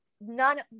none